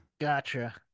gotcha